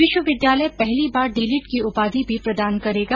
विश्वविद्यालय पहली बार डीलिट की उपाधि भी प्रदान करेगा